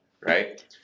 right